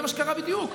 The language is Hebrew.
זה מה שקרה בדיוק.